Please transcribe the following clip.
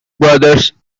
brothers